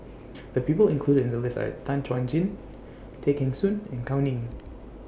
The People included in The list Are Tan Chuan Jin Tay Kheng Soon and Gao Ning